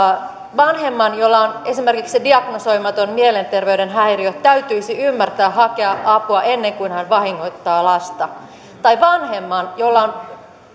vanhemman jolla on esimerkiksi diagnosoimaton mielenterveyden häiriö täytyisi ymmärtää hakea apua ennen kuin hän vahingoittaa lasta tai vanhemman jolla on